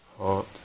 heart